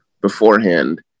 beforehand